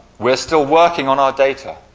we're still working on our data,